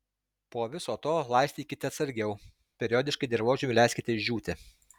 po viso to laistykite atsargiau periodiškai dirvožemiui leiskite išdžiūti